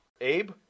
Abe